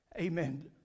Amen